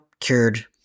cured